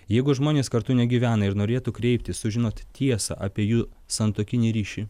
jeigu žmonės kartu negyvena ir norėtų kreiptis sužinot tiesą apie jų santuokinį ryšį